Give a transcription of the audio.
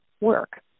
work